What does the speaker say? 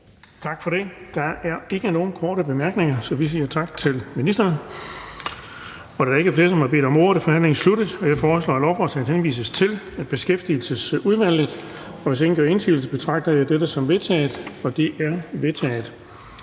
Tak for det. Der er ikke nogen korte bemærkninger, så vi siger tak til ministeren. Da der ikke er flere, der har bedt om ordet, er forhandlingen sluttet. Jeg foreslår, at lovforslaget henvises til Beskæftigelsesudvalget, og hvis ingen gør indsigelse, betragter jeg dette som vedtaget. Det er vedtaget.